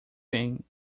thing